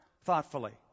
thoughtfully